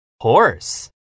horse